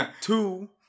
two